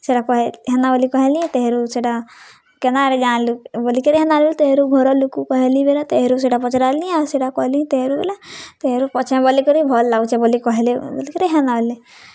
ସେଟା ହେନ୍ତା ବଲି କହେଲି ତେହରୁ ସେଟା କେନ୍ତା କରି ଜାନ୍ଲୁ ବଲିକିରି ହେନ୍ତା ବଲି ତେହରୁ ଘରର୍ ଲୋକ୍କୁ କହେଲି ବେଳେ ତେହରୁ ସେଟା ପଚରାଲି ଆଉ ସେଟା କହିଲି ତେହରୁ ବେଲେ ତେହରୁ ପଛେ ବଲିକରି ଭଲ୍ ଲାଗୁଛେ ବୋଲି କହେଲେ ବଲିକିରି ହେନ୍ତା ବଏଲେ